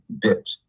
bit